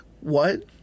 What